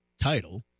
title